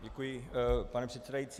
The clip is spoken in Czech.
Děkuji, pane předsedající.